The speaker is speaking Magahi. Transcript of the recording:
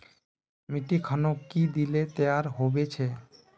मिट्टी खानोक की दिले तैयार होबे छै?